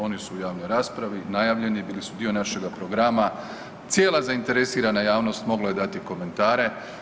Oni su u javnoj raspravi, najavljeni, bili su dio našega programa, cijela zainteresirana javnost mogla je dati komentare.